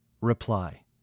Reply